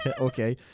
Okay